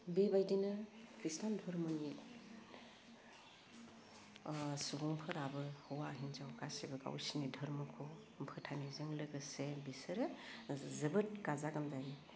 बेबायदिनो ख्रिष्टान धरम'नि सुबुंफोराबो हौवा हिन्जाव गासिबो गावसिनि धोरमोखौ फोथायनायजों लोगोसे बिसोरो जोबोद गाजा गोमजायै